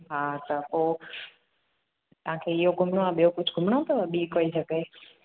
हा त पोइ तव्हांखे इहो घुमणो आहे ॿियो कुझु घुमणो अथव ॿी काई जॻह